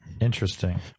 Interesting